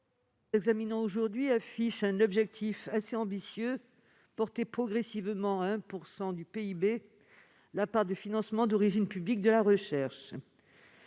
nous examinons affiche l'objectif assez ambitieux de porter progressivement à 1 % du PIB la part du financement du régime public de la recherche.